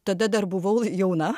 tada dar buvau jauna